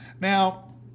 Now